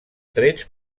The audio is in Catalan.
trets